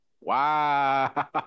Wow